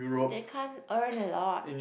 they can't earn a lot